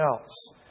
else